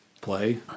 play